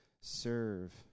serve